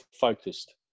focused